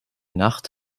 nacht